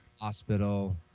Hospital